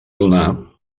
adonar